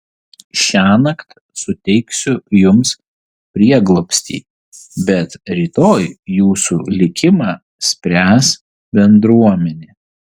šiąnakt suteiksiu jums prieglobstį bet rytoj jūsų likimą spręs bendruomenė